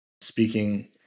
speaking